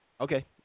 Okay